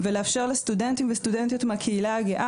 ולאפשר לסטודנטיות וסטודנטים מהקהילה הגאה